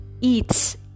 eats